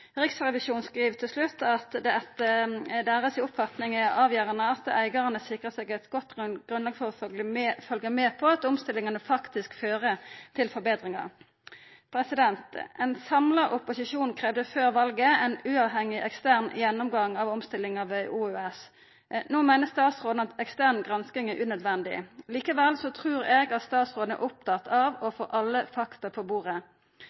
Riksrevisjonen skriv til slutt at det etter deira oppfatning er avgjerande at eigarane sikrar seg eit godt grunnlag for å følga med på at omstillingane faktisk fører til forbetringar. Ein samla opposisjon kravde før valet ein uavhengig, ekstern gjennomgang av omstillinga ved OUS. No meiner statsråden at ekstern gransking er unødvendig. Likevel trur eg at statsråden er opptatt av å få alle fakta på bordet.